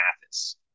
Mathis